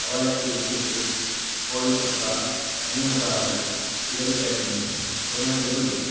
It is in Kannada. ಅವಲಕ್ಕಿ ಉಪ್ಪಿಟ್ಟು ಕೋಳಿ ಸುಕ್ಕ ಮೀನು ಸಾರು ಸಿಗಡಿ ಚಟ್ನಿ ಟೊಮೇಟೊ ಗೊಜ್ಜು